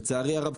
לצערי הרב,